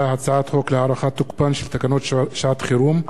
של תקנות שעת-חירום (יהודה והשומרון,